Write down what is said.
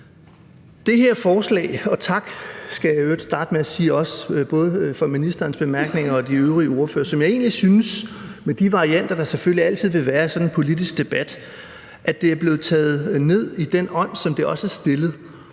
det her forslag – og jeg i øvrigt også starte med at sige tak for både ministerens bemærkninger og de øvrige ordføreres bemærkninger – med de varianter, der selvfølgelig altid vil være i sådan en politisk debat, er blevet taget ned i den ånd, som det også er fremsat,